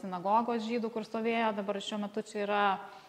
sinagogos žydų kur stovėjo dabar šiuo metu čia yra